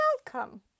outcome